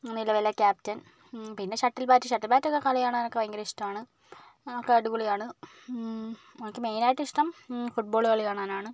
നിലവിലെ ക്യാപ്റ്റൻ പിന്നെ shuttle bat shuttle bat കളി കാണാനൊക്കെ ഭയങ്കര ഇഷ്ടമാണ് എക്കെ അടിപൊളിയാണ് എനിക്ക് മെയിനായിട്ട് ഇഷ്ടം ഫുട്ബോളുകളി കാണാനാണ്